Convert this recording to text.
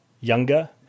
younger